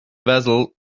vessel